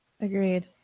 Agreed